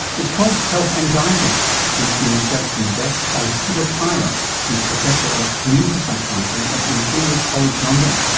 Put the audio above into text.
it's called health anxiety and it's been researched in depth by peter tyrer who's professor of community psychiatry at imperial college london.